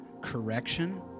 correction